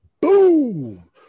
boom